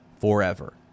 forever